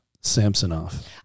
Samsonov